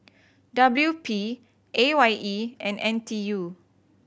W P A Y E and N T U